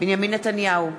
בנימין נתניהו,